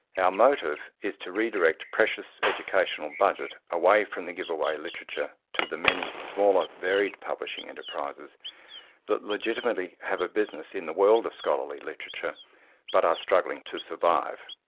our motive is to redirect precious educational budget away from the giveaway literature, to the many smaller varied publishing enterprises that legitimately have a business in the world of scholarly literature but are struggling to survive.